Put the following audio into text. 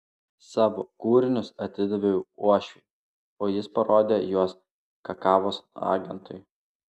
savo kūrinius atidaviau uošviui o jis parodė juos kakavos agentui